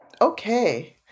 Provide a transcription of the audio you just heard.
Okay